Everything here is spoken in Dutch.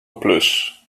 plus